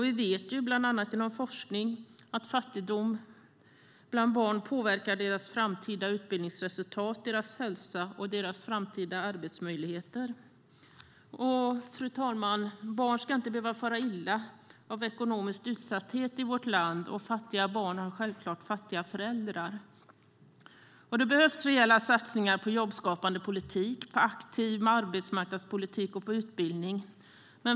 Vi vet bland annat genom forskning att fattigdom bland barn påverkar deras framtida utbildningsresultat, deras hälsa och deras framtida arbetsmöjligheter. Fru talman! Barn ska inte behöva fara illa på grund av ekonomisk utsatthet i vårt land. Fattiga barn har självklart fattiga föräldrar. Det behövs reella satsningar på jobbskapande politik, på aktiv arbetsmarknadspolitik och på utbildning.